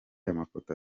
amafoto